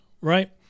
right